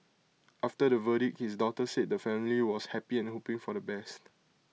after the verdict his daughter said the family was happy and hoping for the best